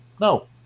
no